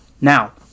now